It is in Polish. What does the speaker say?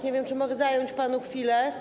Nie wiem, czy mogę zająć panu chwilę?